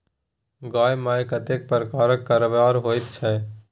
गै माय कतेक प्रकारक कारोबार होइत छै